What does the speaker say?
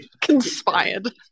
conspired